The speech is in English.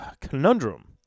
conundrum